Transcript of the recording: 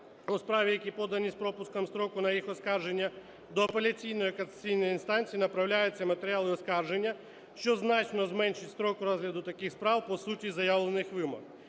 у справ, які подані з пропуском строку на їх оскарження, до апеляційної (касаційної) інстанції направляються матеріали оскарження, що значно зменшить строк розгляду таких справ по суті заявлених вимог.